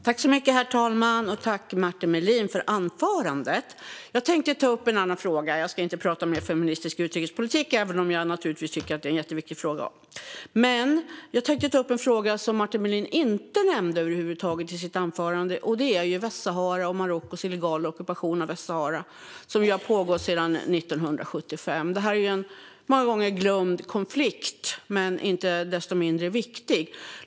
Herr talman! Tack för anförandet, Martin Melin! Jag ska inte prata om feministisk utrikespolitik, även om jag naturligtvis tycker att det är en jätteviktig fråga. Jag tänkte däremot ta upp en fråga som Martin Melin inte nämnde över huvud taget i sitt anförande. Det gäller Västsahara och Marockos illegala ockupation av Västsahara som har pågått sedan 1975. Det är en många gånger glömd men viktig konflikt.